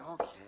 Okay